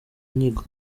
nyigo